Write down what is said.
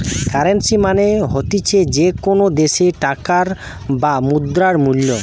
currency মানে হতিছে যে কোনো দ্যাশের টাকার বা মুদ্রার মূল্য